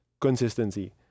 consistency